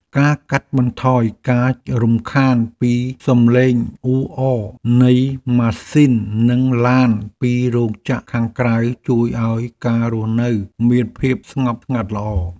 ការកាត់បន្ថយការរំខានពីសំឡេងអ៊ូអរនៃម៉ាស៊ីននិងឡានពីរោងចក្រខាងក្រៅជួយឱ្យការរស់នៅមានភាពស្ងប់ស្ងាត់ល្អ។